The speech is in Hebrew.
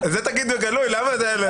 לא,